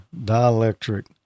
dielectric